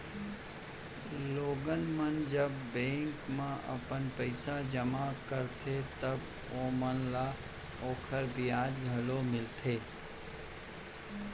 लोगन मन जब बेंक म अपन पइसा जमा करथे तव ओमन ल ओकर बियाज घलौ मिलथे